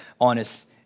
honest